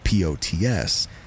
POTS